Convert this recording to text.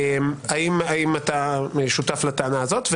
האם אתה שותף לטענה הזאת?